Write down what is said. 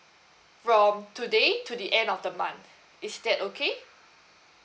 from today to the end of the month is that okay